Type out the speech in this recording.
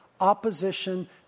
opposition